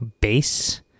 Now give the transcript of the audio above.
bass